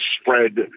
spread